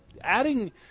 Adding